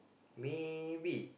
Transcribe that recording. maybe